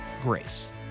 grace